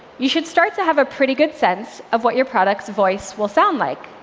you should start to have a pretty good sense of what your product's voice will sound like.